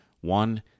One